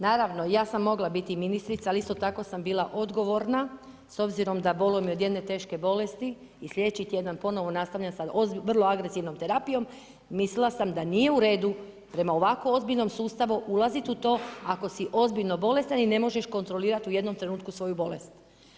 Naravno, ja sam mogla biti ministrica ali isto tako sam bila odgovorna s obzirom da bolujem od jedne teške bolesti i slijedeći tjedan ponovno nastavljam sa vrlo agresivnom terapijom, mislila sam da nije u redu prema ovakvom ozbiljnom sustavu ulaziti u to ako si ozbiljno bolestan i ne možeš kontrolirati u jednom trenutku svoju bolest.